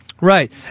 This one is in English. Right